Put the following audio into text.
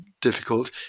difficult